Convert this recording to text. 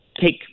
take